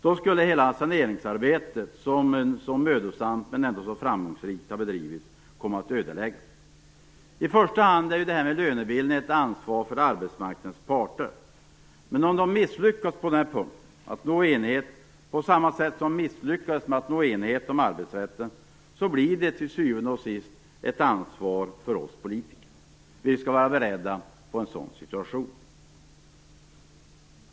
Då skulle hela saneringsarbetet, som så mödosamt men ändå så framgångsrikt har bedrivits, ödeläggas. I första hand är lönebildningen ett ansvar för arbetsmarknadens parter, men om de misslyckas med att nå enighet på samma sätt som de misslyckades när det gällde arbetsrätten, blir det till syvende och sist ett ansvar för oss politiker. Vi skall vara bredda på en sådan situation.